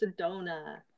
Sedona